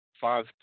five